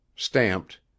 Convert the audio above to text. Stamped